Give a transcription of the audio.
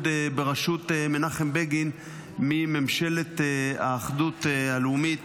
בראשות מנחם בגין מממשלת האחדות הלאומית